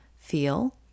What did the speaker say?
feel